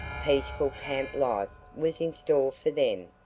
peaceful camp life was in store for them,